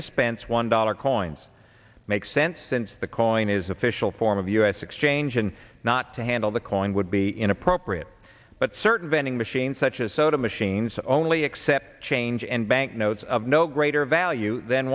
dispense one dollar coins makes sense since the coin is official form of the us exchange and not to handle the coin would be inappropriate but certain vending machines such as soda machines only accept change and banknotes of no greater value than